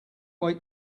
wait